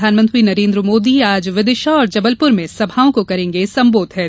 प्रधानमंत्री नरेन्द्र मोदी आज विदिशा और जबलपुर में सभाओं को करेंगे संबोधित